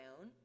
own